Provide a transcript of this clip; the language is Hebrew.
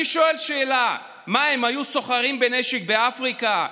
אני שואל שאלה: מה, הם היו סוחרים בנשק באפריקה?